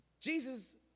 Jesus